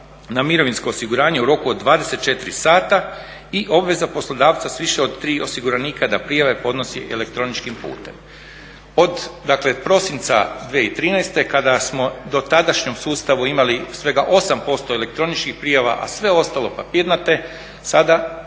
na mirovinsko osiguranje u roku od 24 sata i obveza poslodavca s više od tri osiguranika da prijave podnosi elektroničkim putem. Od dakle prosinca 2013. kada smo u dotadašnjem sustavu imali svega 8% elektroničkih prijava a sve ostalo papirnate sada